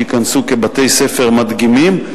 שייכנסו כבתי-ספר מדגימים.